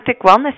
Wellness